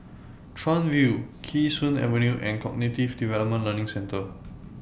Chuan View Kee Sun Avenue and The Cognitive Development Learning Centre